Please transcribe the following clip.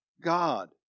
God